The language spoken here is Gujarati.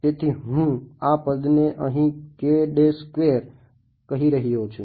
તેથી હું આ પદને અહીં કહી રહ્યો છું